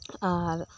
ᱟᱨ